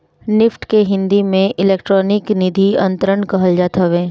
NEFT के हिंदी में electronic निधि अंतरण कहल जात हवे